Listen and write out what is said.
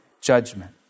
judgment